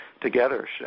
together